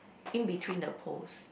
in between the poles